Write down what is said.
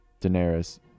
Daenerys